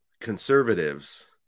conservatives